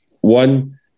one